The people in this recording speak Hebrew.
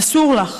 אסור לך.